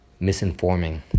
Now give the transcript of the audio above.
misinforming